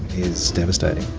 is devastating.